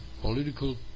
political